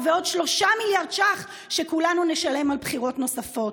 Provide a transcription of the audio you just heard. ובעוד 3 מיליארד ש"ח שכולנו נשלם על בחירות נוספות.